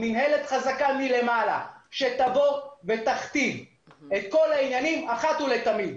מינהלת חזקה מלמעלה שתכתיב את כל העניינים אחת ולתמיד.